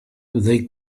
they